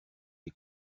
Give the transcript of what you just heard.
les